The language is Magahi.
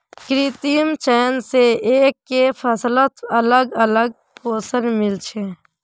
कृत्रिम चयन स एकके फसलत अलग अलग पोषण मिल छे